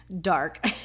dark